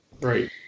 Right